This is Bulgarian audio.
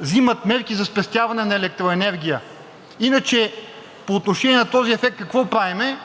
вземат мерки за спестяване на електроенергия. Иначе по отношение на този ефект какво правим?